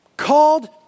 Called